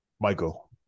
Michael